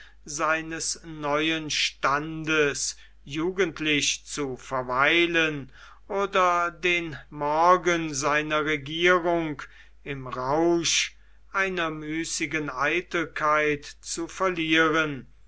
seines neuen standes jugendlich zu verweilen oder den morgen seiner regierung im rausch einer müßigen eitelkeit zu verlieren